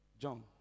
John